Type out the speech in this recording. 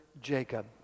Jacob